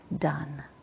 done